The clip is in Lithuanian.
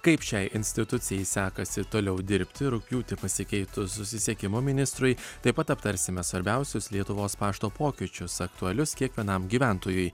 kaip šiai institucijai sekasi toliau dirbti rugpjūtį pasikeitus susisiekimo ministrui taip pat aptarsime svarbiausius lietuvos pašto pokyčius aktualius kiekvienam gyventojui